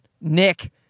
nick